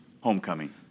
homecoming